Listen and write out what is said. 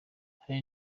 hari